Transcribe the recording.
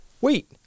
Wait